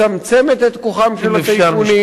מצמצמת את כוחם של הטייקונים,